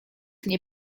nie